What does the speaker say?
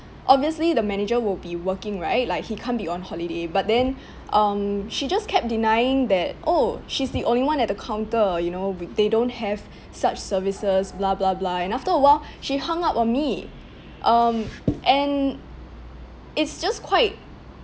obviously the manager will be working right like he can't be on holiday but then um she just kept denying that oh she's the only one at the counter you know we they don't have such services blah blah blah and after a while she hung up on me um and it's just quite